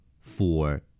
Four